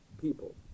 people